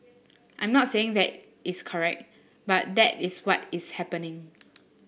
I'm not saying that is correct but that is what is happening